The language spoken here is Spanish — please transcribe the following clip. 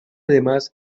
además